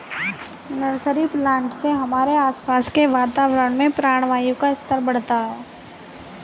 nursery plant से हमारे आसपास के वातावरण में प्राणवायु का स्तर बढ़ता है